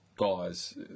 guys